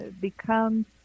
becomes